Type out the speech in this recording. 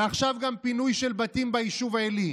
ועכשיו גם פינוי של בתים ביישוב עלי.